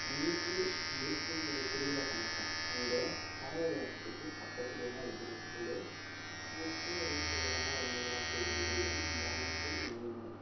முழுக்கு முழுக்குங்கிற திருவிழா நடக்கும் அந்த காவேரி ஆற்றுக்கு பக்கத்திலேதான் இருக்குது எங்கள் ஸ்கூலு எங்கள் ஸ்கூல் வந்து சொல்ல போனால் ரெண்டு ப்ரான்ஞ்ச் இருக்குது இதுலேயும் ப்ரான்ஞ்ச் மெயினு